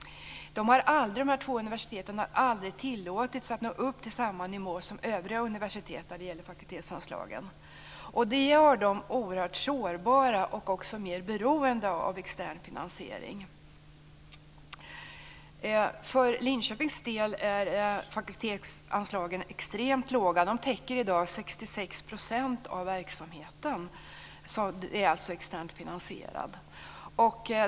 De här två universiteten har aldrig tillåtits att nå upp till samma nivå som övriga universitet när det gäller fakultetsanslagen. Det gör dem oerhört sårbara och också mer beroende av extern finansiering. För Linköpings del är fakultetsanslagen extremt låga. De täcker i dag 66 % av verksamheten. Det är alltså externt finansierat.